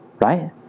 Right